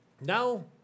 now